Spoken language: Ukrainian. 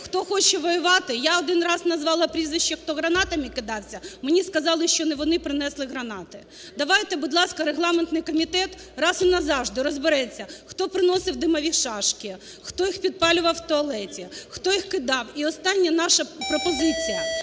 Хто хоче воювати… (Шум у залі) Я один раз назвала прізвища, хто гранатами кидався, мені сказали, що не вони принесли гранати. Давайте, будь ласка, регламентний комітет раз і назавжди розбереться, хто приносив димові шашки, хто їх підпалював у туалеті, хто їх кидав. І остання наша пропозиція,